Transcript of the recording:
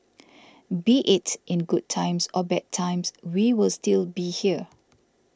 be its in good times or bad times we will still be here